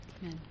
Amen